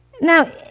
Now